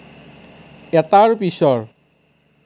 এটাৰ পিছৰ